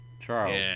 Charles